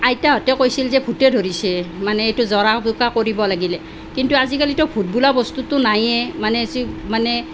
আইতাহঁতে কৈছিল যে ভূতে ধৰিছে মানে এইটো জৰা ফুকা কৰিব লাগিলে কিন্তু আজিকালিতো ভূত বোলা বস্তুটো নায়েই মানে মানে